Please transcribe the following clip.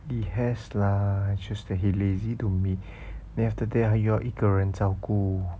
he has lah is just that he lazy to meet then after that 他又要一个人照顾